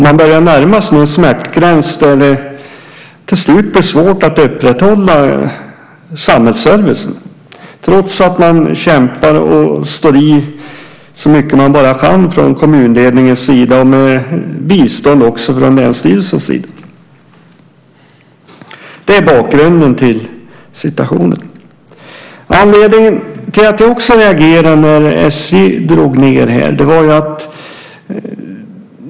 Man börjar närma sig den gräns där det till slut blir svårt att upprätthålla samhällsservicen, trots att man kämpar och står i så mycket man kan från kommunledningens sida med bistånd från länsstyrelsen. Det är bakgrunden till situationen. Jag reagerade när SJ drog ned.